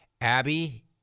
Abby